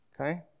Okay